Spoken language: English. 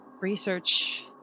research